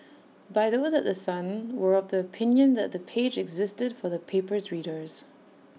by those at The Sun were of the opinion that the page existed for the paper's readers